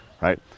right